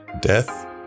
death